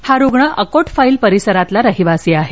हा रुग्ण अकोट फाईल परिसरातील रहिवासी आहे